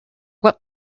what